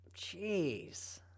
Jeez